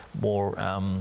more